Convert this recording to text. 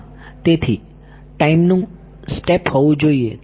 તેથી હા ટાઈમનું સ્ટેપ હોવું જોઈએ